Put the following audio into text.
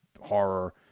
horror